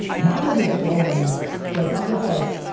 mine doesn't get going anymore. like, i'm just like,